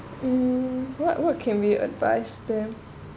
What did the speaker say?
uh what what can we advice them